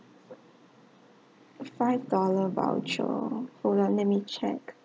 five dollar voucher hold on let me check